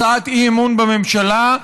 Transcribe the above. הצעת אי-אמון בממשלה,